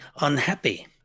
unhappy